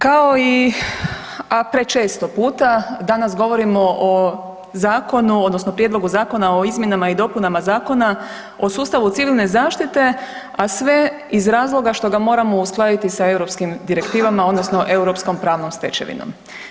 Kao i a prečesto puta danas govorimo o zakonu odnosno Prijedlogu zakona o izmjenama i dopunama Zakona o sustavu civilne zaštite, a sve iz razloga što ga moramo uskladiti sa europskim direktivama odnosno europskom pravnom stečevinom.